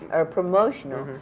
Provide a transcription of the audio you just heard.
or promotional,